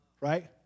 right